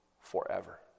forever